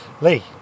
Lee